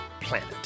planet